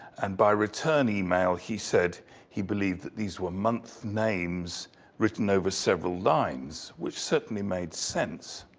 and by return email he said he believed that these were month names written over several lines, which certainly made sense.